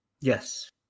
yes